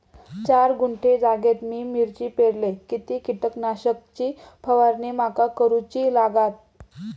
चार गुंठे जागेत मी मिरची पेरलय किती कीटक नाशक ची फवारणी माका करूची लागात?